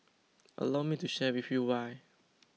allow me to share with you why